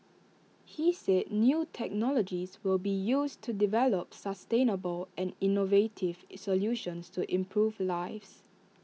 he said new technologies will be used to develop sustainable and innovative solutions to improve lives